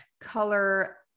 color